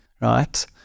right